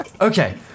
Okay